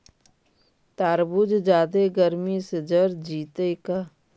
तारबुज जादे गर्मी से जर जितै का?